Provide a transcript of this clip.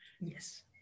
Yes